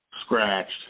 scratched